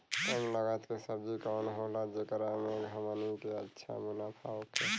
कम लागत के सब्जी कवन होला जेकरा में हमनी के अच्छा मुनाफा होखे?